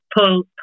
pull